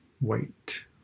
wait